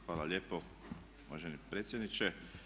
Hvala lijepo uvaženi predsjedniče.